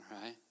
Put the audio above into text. right